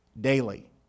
Daily